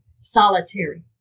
solitary